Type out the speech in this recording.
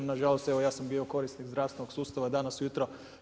Na žalost evo ja sam korisnik zdravstvenog sustava danas ujutro.